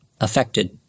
affected